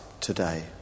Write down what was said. today